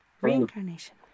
Reincarnation